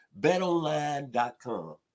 BetOnline.com